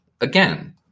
Again